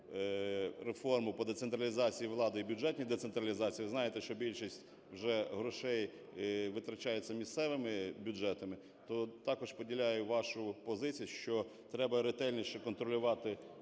реформу по децентралізації влади і бюджетній децентралізації, ви знаєте, що більшість вже грошей витрачається місцевими бюджетами, то також поділяю вашу позицію, що треба ретельніше контролювати органи